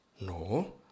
No